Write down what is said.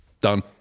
Done